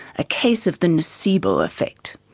a case of the nocebo effect.